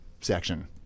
section